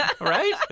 Right